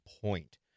point